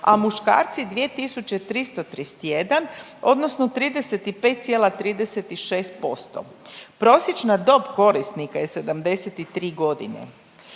a muškarci 2331 odnosno 35,36%. Prosječna dob korisnika je 73 godine.